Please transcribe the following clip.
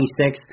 26